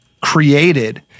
created